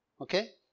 Okay